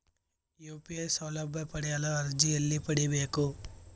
UPI ಸೌಲಭ್ಯ ಪಡೆಯಲು ಅರ್ಜಿ ಎಲ್ಲಿ ಪಡಿಬೇಕು?